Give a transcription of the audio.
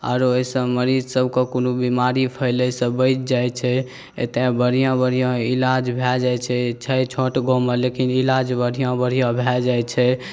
आरो एहिसॅं मरीज सबके कोनो बेमारी फैलयसॅं बचि जाइ छै बढ़िऑं बढ़िऑं इलाज भऽ जाइ छै छोट गाँवमे लेकिन इलाज बढ़िऑं बढ़िऑं भए जाइ छै